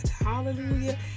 Hallelujah